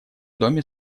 доме